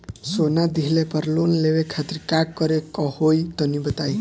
सोना दिहले पर लोन लेवे खातिर का करे क होई तनि बताई?